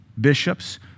bishops